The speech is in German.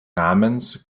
rahmens